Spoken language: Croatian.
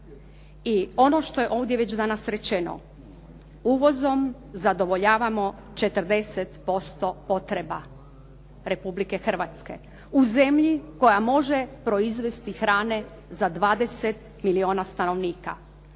I ono što je ovdje već danas rečeno uvozom zadovoljavamo 40% potreba Republike Hrvatske. U zemlji koja može proizvesti hrane za 20 milijuna stanovnika.